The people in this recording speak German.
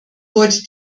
wurde